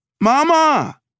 Mama